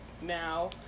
now